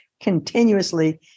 continuously